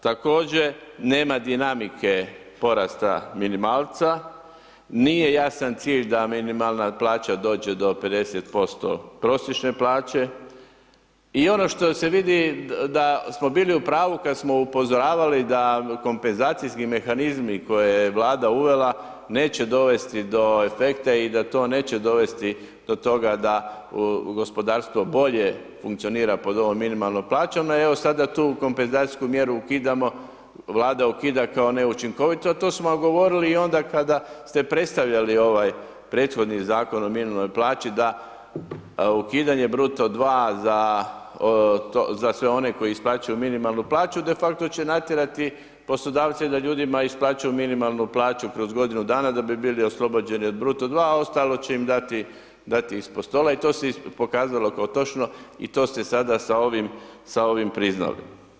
Također, nema dinamike porasta minimalca, nije jasan cilj da minimalna plaća dođe do 50% prosječne plaće i ono što se vidi da smo bili u pravu kad smo upozoravali da kompenzacijski mehanizmi koje je Vlada uvela neće dovesti do efekta i da to neće dovesti do toga da gospodarstvo bolje funkcionira pod ovom minimalnom plaćom, a evo sada tu kompenzacijsku mjeru ukidamo, Vlada ukida kao neučinkovitu, a to smo vam govorili i onda kada ste predstavljali ovaj prethodni Zakon o minimalnoj plaći, da ukidanje bruto 2 za sve one koji isplaćuju minimalnu plaću defakto će natjerati poslodavce da ljudima isplaćuju minimalnu plaću kroz godinu dana da bi bili oslobođeni od bruto 2, a ostalo će im dati ispod stola i to se pokazalo kao točno i to ste sada sa ovim priznali.